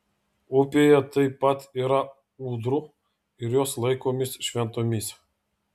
upėje taip pat yra ūdrų ir jos laikomos šventomis